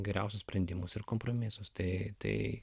geriausius sprendimus ir kompromisus tai tai